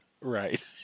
Right